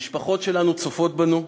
המשפחות שלנו צופות בנו.